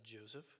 Joseph